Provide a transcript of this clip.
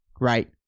right